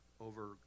over